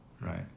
right